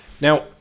Now